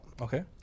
okay